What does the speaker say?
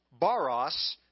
baros